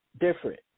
different